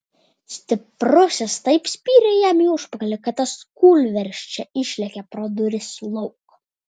stiprusis taip spyrė jam į užpakalį kad tas kūlversčia išlėkė pro duris lauk